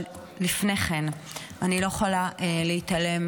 אבל לפני כן אני לא יכולה להתעלם,